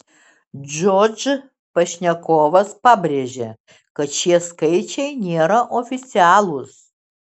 dožd pašnekovas pabrėžė kad šie skaičiai nėra oficialūs